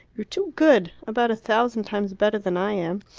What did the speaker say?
you're too good about a thousand times better than i am.